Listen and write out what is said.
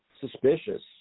suspicious